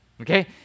Okay